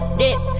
dip